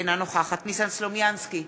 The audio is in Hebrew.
אינה נוכחת ניסן סלומינסקי,